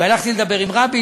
והלכתי לדבר עם רבין.